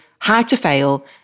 HOWTOFAIL